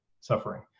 suffering